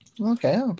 Okay